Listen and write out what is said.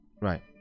Right